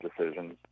decisions